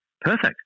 Perfect